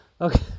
okay